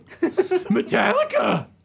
Metallica